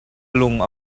lung